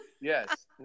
yes